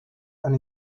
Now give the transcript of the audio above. and